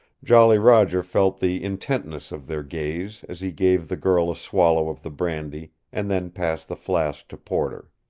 jolly roger felt the intentness of their gaze as he gave the girl a swallow of the brandy, and then passed the flask to porter.